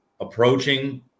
approaching